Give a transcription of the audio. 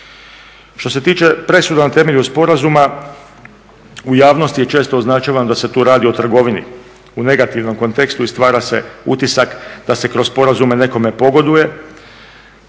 Što se tiče presuda na temelju sporazuma u javnosti je često označavano da se tu radi o trgovini u negativnom kontekstu i stvara se utisak da se kroz sporazume nekome pogoduje.